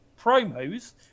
promos